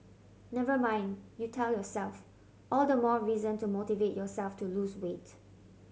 never mind you tell yourself all the more reason to motivate yourself to lose weight